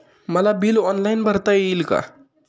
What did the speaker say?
मला bill online भरता येईल का?